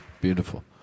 beautiful